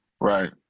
Right